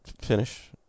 finish